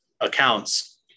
accounts